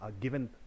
given